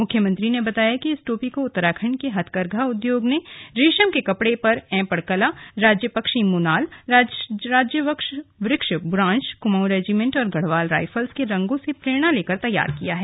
मुख्यमंत्री ने बताया कि इस टोपी को उत्तराखण्ड के हथकरघा उद्योग ने रेशम के कपड़े पर ऐंपण कला राज्य पक्षी मोनाल राज्य वृक्ष बुरांश कुमाऊँ रेजीमेंट और गढ़वाल राइफल्स के रंगों से प्रेरणा लेकर तैयार किया है